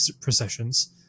processions